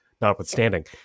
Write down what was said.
notwithstanding